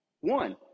one